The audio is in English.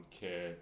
care